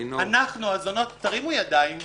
אנחנו הזונות, תרימו ידיים.